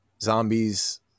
zombies